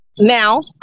Now